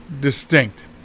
distinct